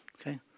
Okay